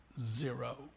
zero